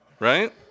Right